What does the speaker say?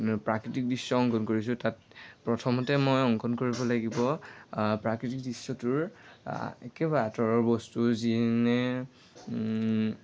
প্ৰাকৃতিক দৃশ্য অংকণ কৰিছোঁ তাত প্ৰথমতে মই অংকণ কৰিব লাগিব প্ৰাকৃতিক দৃশ্যটোৰ একেবাৰে আঁতৰৰ বস্তু যেনে